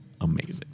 amazing